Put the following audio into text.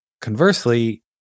Conversely